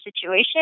situation